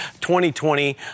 2020